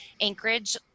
Anchorage